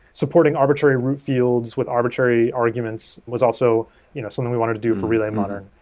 supporting arbitrary root fields with arbitrary arguments was also you know something we wanted to do for relay modern.